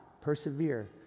Persevere